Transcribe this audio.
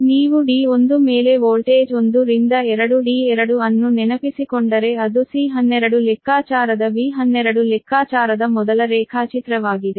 ನೀವು D1 ಮೇಲೆ voltage 1 ರಿಂದ 2 D2 ಅನ್ನು ನೆನಪಿಸಿಕೊಂಡರೆ ಅದು C12 ಲೆಕ್ಕಾಚಾರದ V12 ಲೆಕ್ಕಾಚಾರದ ಮೊದಲ ರೇಖಾಚಿತ್ರವಾಗಿದೆ